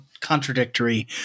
contradictory